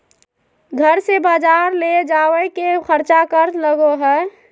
घर से बजार ले जावे के खर्चा कर लगो है?